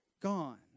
gone